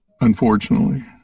unfortunately